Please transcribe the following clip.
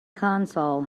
console